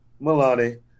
Milani